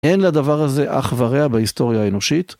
אין לדבר הזה אח ורע בהיסטוריה האנושית.